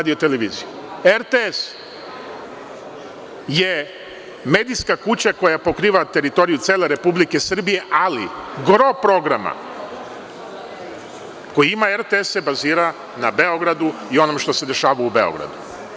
Dakle, RTS je medijska kuća koja pokriva teritoriju cele Republike Srbije, ali gro programa koji ima RTS se bazira na Beogradu i onome što se dešava u Beogradu.